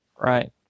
Right